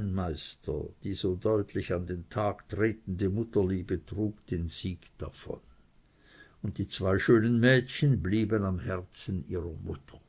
meister die so deutlich an den tag tretende mutterliebe trug den sieg davon und die zwei schönen mädchen blieben am herzen der mutter